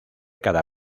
cada